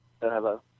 Hello